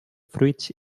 fruits